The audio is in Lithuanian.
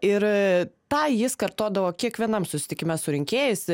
ir tą jis kartodavo kiekvienam susitikime su rinkėjais